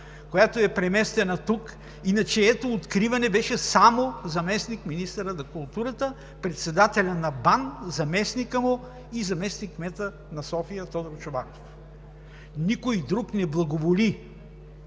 която е преместена тук, на чието откриване беше само заместник-министърът на културата, председателят на БАН, заместникът му и заместник-кметът на София Тодор Чобанов. Никой друг не благоволи,